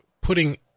putting